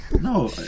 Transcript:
no